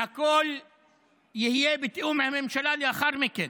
הכול יהיה בתיאום עם הממשלה לאחר מכן,